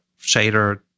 shader